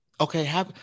Okay